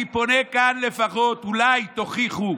אני פונה כאן, לפחות, אולי תוכיחו,